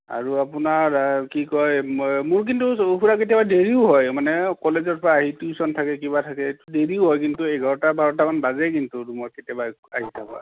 আৰু আপোনাৰ কি কয় মোৰ কিন্তু খুড়া কেতিয়াবা দেৰিও হয় মানে কলেজৰ পৰা আহি টিউচন থাকে কিবা থাকে দেৰিও হয় কিন্তু এঘাৰটা বাৰটামান বাজে কিন্তু ৰূমত কেতিয়াবা আ আহি পোৱা